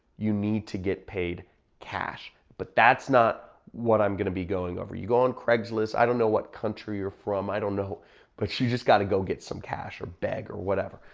you need to get paid cash, but that's not what i'm gonna be going over. you go on craigslist, i don't know what country you're from, i don't know but you just gotta go get some cash or bag or whatever.